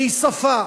והיא שפה,